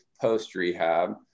post-rehab